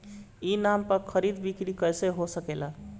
ई नाम पर खरीद बिक्री कैसे हो सकेला?